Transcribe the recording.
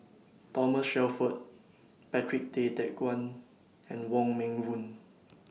Thomas Shelford Patrick Tay Teck Guan and Wong Meng Voon